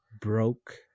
broke